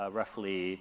roughly